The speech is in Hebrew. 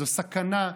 זו סכנה,